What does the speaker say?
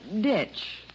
ditch